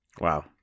Wow